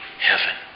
Heaven